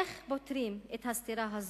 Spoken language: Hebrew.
איך פותרים את הסתירה הזאת?